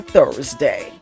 Thursday